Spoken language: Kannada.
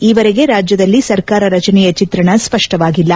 ಈವರೆಗೆ ರಾಜ್ವದಲ್ಲಿ ಸರ್ಕಾರ ರಚನೆಯ ಚಿತ್ರಣ ಸ್ಪಷ್ಟವಾಗಿಲ್ಲ